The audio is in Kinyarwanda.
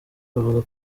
bavuga